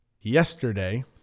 yesterday